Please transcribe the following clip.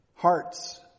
Hearts